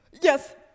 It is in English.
Yes